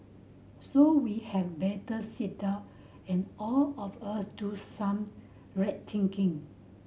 so we had better sit down and all of us do some rethinking